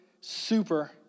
super